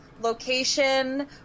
location